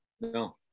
No